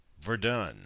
verdun